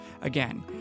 Again